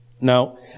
Now